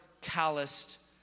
calloused